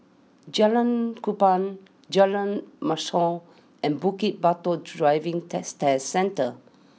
Jalan Kupang Jalan Mashhor and Bukit Batok Driving Test a Centre